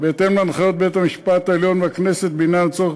בהתאם להנחיית בית-המשפט העליון והכנסת בעניין הצורך